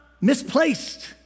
misplaced